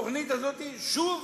בתוכנית הזאת, שוב,